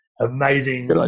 Amazing